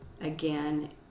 again